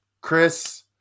Chris